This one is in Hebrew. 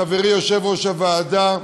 לחברי יושב-ראש הוועדה,